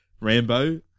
Rambo